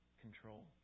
control